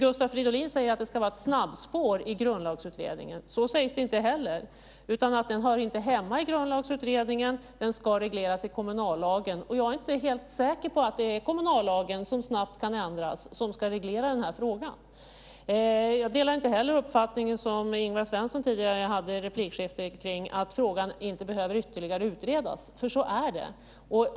Gustav Fridolin säger att det ska vara ett snabbspår i Grundlagsutredningen, men det sägs inte heller. Det sägs att den inte hör hemma i Grundlagsutredningen utan ska regleras i kommunallagen. Men jag är inte helt säker på att det är kommunallagen, som snabbt kan ändras, som ska reglera den här frågan. Jag delar inte heller den uppfattning som Ingvar Svensson framförde i replikskiftet om att frågan inte ytterligare behöver utredas, för så är det.